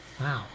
Wow